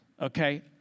okay